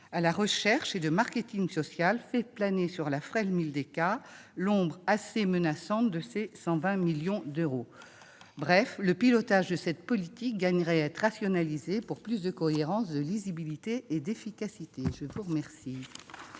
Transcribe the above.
à la recherche et de marketing social, fait planer sur la frêle Mildeca l'ombre assez menaçante de ses 120 millions d'euros ... En bref, le pilotage de cette politique gagnerait à être rationalisé, pour plus de cohérence, de lisibilité et d'efficacité. La parole